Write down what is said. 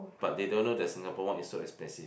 but they don't know that Singapore one is so expensive